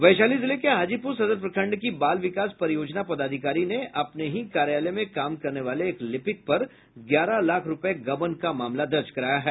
वैशाली जिले में हाजीपूर सदर प्रखंड की बाल विकास परियोजना पदाधिकारी ने अपने ही कार्यालय में कार्य करने वाले एक लिपिक पर ग्यारह लाख रूपये गबन का मामला दर्ज कराया है